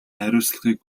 хариуцлагыг